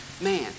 man